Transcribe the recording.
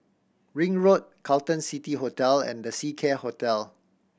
Ring Road Carlton City Hotel and The Seacare Hotel